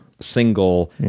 single